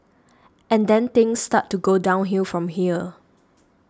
and then things start to go downhill from here